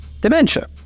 Dementia